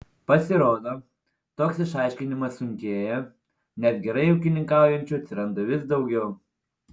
pasirodo toks išaiškinimas sunkėja nes gerai ūkininkaujančių atsiranda vis daugiau